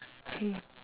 K